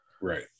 Right